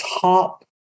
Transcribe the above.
top